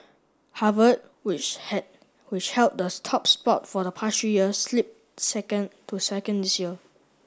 Harvard which had which held the top spot for the past three years slipped second to second this year